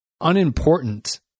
unimportant